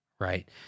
right